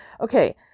Okay